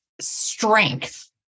strength